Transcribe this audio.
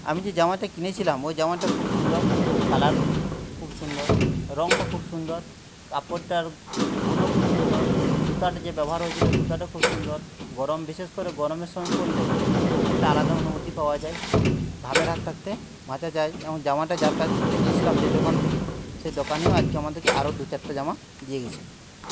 আমি যে জামাটা কিনেছিলাম ওই জামাটা খুব সুন্দর কালার খুব সুন্দর রঙটা খুব সুন্দর কাপড়টার গুণও খুব সুন্দর সুতাটা যে ব্যবহার হয়েছিলো সুতাটা খুব সুন্দর গরম বিশেষ করে গরমের সময় পরলে একটা আলাদা অনুভূতি পাওয়া যায় ঘামের হাত থাকতে বাঁচা যায় এবং জামাটা যার কাছ থাকতে নিয়েছিলাম যে দোকান থেকে সেই দোকানিও আজকে আমাদেরকে আরো দু চারটে জামা দিয়ে গেছে